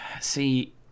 See